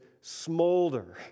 smolder